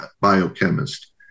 biochemist